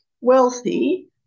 wealthy